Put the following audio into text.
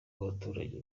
abaturage